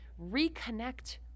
reconnect